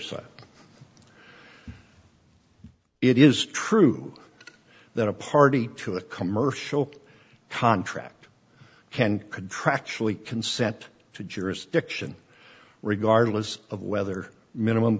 side it is true that a party to a commercial contract can contractually consent to jurisdiction regardless of whether minimum